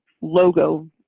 logo